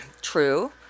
true